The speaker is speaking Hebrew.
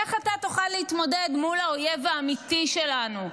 איך אתה תוכל להתמודד מול האויב האמיתי שלנו,